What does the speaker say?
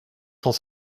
cent